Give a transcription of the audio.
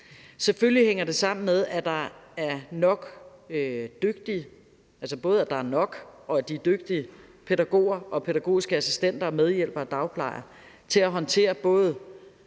Selvfølgelig hænger det sammen med, at der både er nok personale og dygtige pædagoger, pædagogiske assistenter, medhjælpere og dagplejere til at håndtere både